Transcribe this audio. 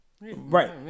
Right